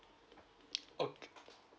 okay